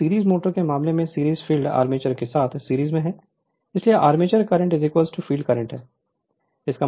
अब series motor के मामले में सीरीज फील्ड आर्मेचर के साथ सीरीज में है इसलिए आर्मेचर करंट फील्ड करंट है